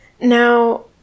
now